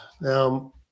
Now